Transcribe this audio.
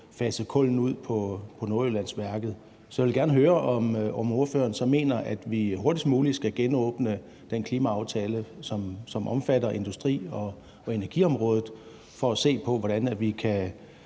faset kullet ud på Nordjyllandsværket, så jeg vil gerne høre, om ordføreren så mener, at vi hurtigst muligt skal genåbne den klimaaftale, som omfatter industri og energiområdet, for at se på, hvordan vi kan